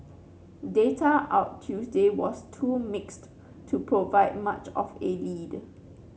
data out Tuesday was too mixed to provide much of a lead